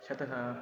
शतकम्